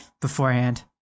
Beforehand